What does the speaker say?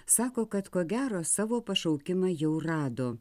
sako kad ko gero savo pašaukimą jau rado